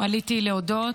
עליתי להודות,